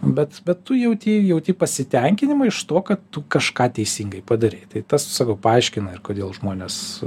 bet bet tu jauti jauti pasitenkinimą iš to kad tu kažką teisingai padarei tai tas sakau paaiškina ir kodėl žmonės